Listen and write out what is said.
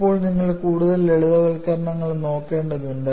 ഇപ്പോൾ നിങ്ങൾ കൂടുതൽ ലളിതവൽക്കരണങ്ങൾ നോക്കേണ്ടതുണ്ട്